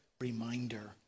reminder